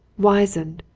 wizened,